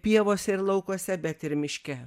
pievose ir laukuose bet ir miške